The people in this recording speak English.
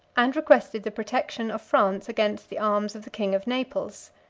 and requested the protection of france against the arms of the king of naples.